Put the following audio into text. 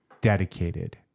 dedicated